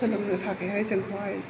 सोलोंनो थाखायहाय जोंखौहाय